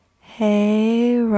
Hey